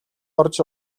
орж